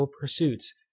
pursuits